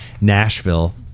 Nashville